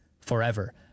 forever